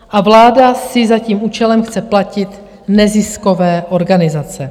A vláda si za tím účelem chce platit neziskové organizace.